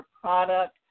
product